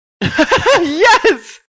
Yes